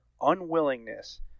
unwillingness